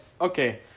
okay